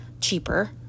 cheaper